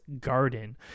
garden